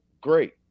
great